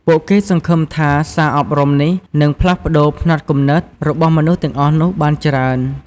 ពួកគេសង្ឃឹមថាសារអប់រំនេះនឹងផ្លាស់ប្តូរផ្នត់គំនិត របស់មនុស្សទាំងអស់នោះបានច្រើន។